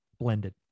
blended